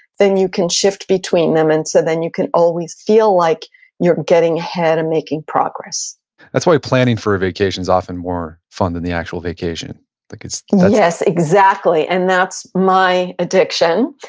then you can shift between them and so then, you can always feel like you're getting ahead and making progress that's why planning for a vacation is often more fun than the actual vacation like yes, exactly, and that's my addiction.